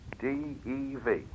D-E-V